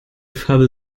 fabel